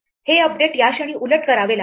हे अपडेट या क्षणी उलट करावे लागेल